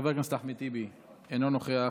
חבר הכנסת אחמד טיבי, אינו נוכח,